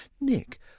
Nick